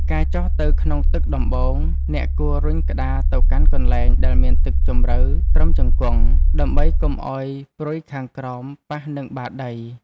ការចុះទៅក្នុងទឹកដំបូង អ្នកគួររុញក្តារទៅកាន់កន្លែងដែលមានទឹកជម្រៅត្រឹមជង្គង់ ដើម្បីកុំឱ្យព្រុយខាងក្រោមប៉ះនឹងបាតដី។